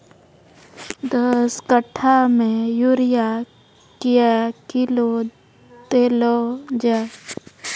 दस कट्ठा मे यूरिया क्या किलो देलो जाय?